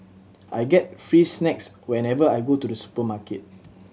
I get free snacks whenever I go to the supermarket